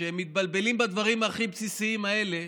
כשמתבלבלים בדברים הכי בסיסיים האלה,